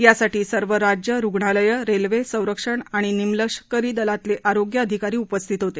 यासाठी सर्व राज्ये रुग्णालये रेल्वे संरक्षण आणि निमलष्करी दलातले आरोग्य अधिकारी उपस्थित होते